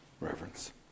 reverence